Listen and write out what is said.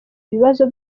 bibazo